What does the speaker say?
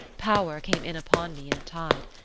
power came in upon me in a tide.